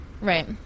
Right